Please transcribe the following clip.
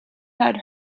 had